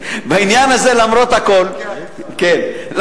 בעניין הזה, למרות הכול, הוא לא התווכח אתך.